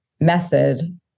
method